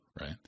right